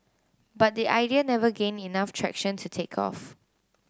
but the idea never gained enough traction to take off